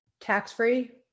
Tax-free